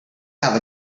have